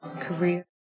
Career